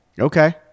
Okay